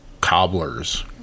cobblers